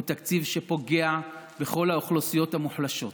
הוא תקציב שפוגע בכל האוכלוסיות המוחלשות.